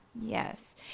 Yes